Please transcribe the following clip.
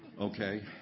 okay